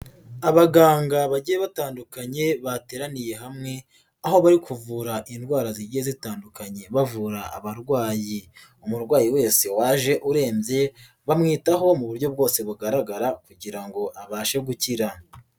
Abaganga bagiye batandukanye bateraniye hamwe, aho bari kuvura indwara zigiye zitandukanye bavura abarwayi. Umurwayi wese waje urembye, bamwitaho mu buryo bwose bugaragara kugira ngo abashe gukira.